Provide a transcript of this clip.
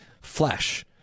flesh